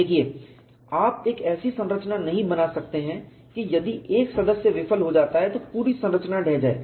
देखिए आप एक ऐसी संरचना नहीं बना सकते हैं कि यदि एक सदस्य विफल हो जाता है तो पूरी संरचना ढह जाए